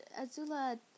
Azula